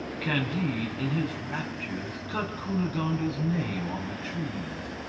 candide, in his raptures, cut cunegonde's name on the trees.